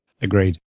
Agreed